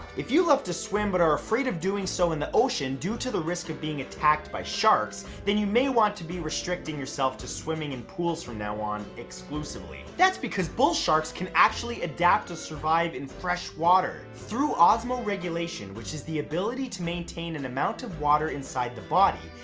if you love to swim but are afraid of doing so in the ocean due to the risk of being attacked by sharks then you may want to be restricting yourself to swimming in pools from now on exclusively. that's because bull sharks can actually adapt to survive in fresh water. through osmo regulation, which is the ability to maintain an amount of water inside the body,